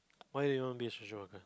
why you don't be a social worker